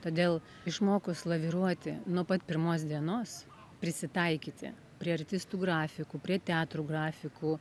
todėl išmokus laviruoti nuo pat pirmos dienos prisitaikyti prie artistų grafikų prie teatrų grafikų